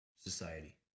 society